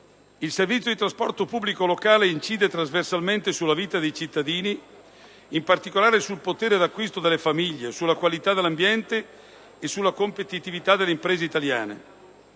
Il servizio di trasporto pubblico locale incide trasversalmente sulla vita dei cittadini, in particolare sul potere d'acquisto delle famiglie, sulla qualità dell'ambiente e sulla competitività delle imprese italiane.